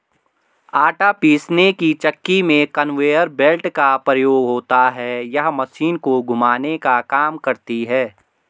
आटा पीसने की चक्की में कन्वेयर बेल्ट का प्रयोग होता है यह मशीन को घुमाने का काम करती है